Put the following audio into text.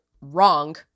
wrong